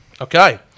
Okay